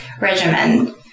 regimen